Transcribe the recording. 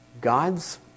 God's